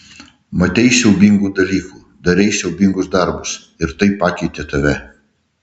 matei siaubingų dalykų darei siaubingus darbus ir tai pakeitė tave